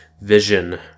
vision